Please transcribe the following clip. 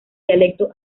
dialecto